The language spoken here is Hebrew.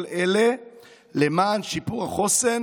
כל אלה למען שיפור החוסן